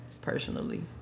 personally